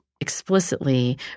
explicitly